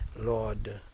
Lord